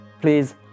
please